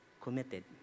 committed